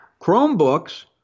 Chromebooks